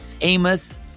Amos